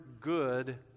good